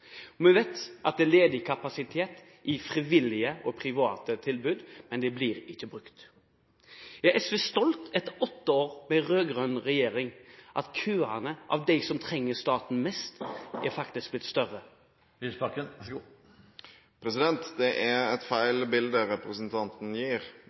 Vi vet det er ledig kapasitet i frivillige og private tilbud, men de blir ikke brukt. Er SV, etter åtte år med rød-grønn regjering, stolt av at køene av dem som trenger staten mest, faktisk er blitt større? Representanten gir et feil bilde. Det er riktig at man tidligere hadde et